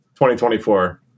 2024